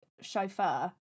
chauffeur